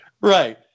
right